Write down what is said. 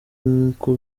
nkuko